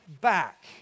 back